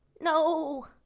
No